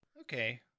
Okay